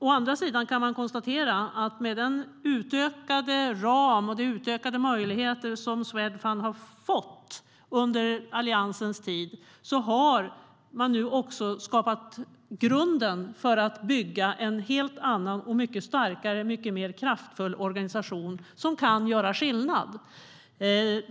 Å andra sidan kan man konstatera att med den utökade ram och de utökade möjligheter som Swedfund har fått under Alliansens tid har de nu skapat grunden för att bygga en helt annan, mycket starkare och mycket mer kraftfull organisation som kan göra skillnad.